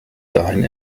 dahin